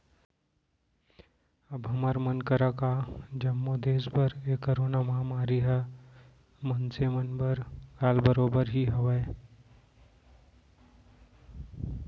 अब हमर मन करा का जम्मो देस बर ए करोना महामारी ह मनसे मन बर काल बरोबर ही हावय